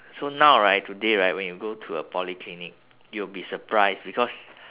so now right today right when you go to a polyclinic you'll be surprised because